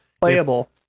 Playable